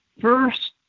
first